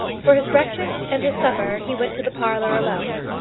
for his breakfast and his supper he went to the parlour alone.